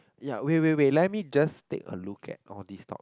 ya wait wait wait let me just take a look at all these stock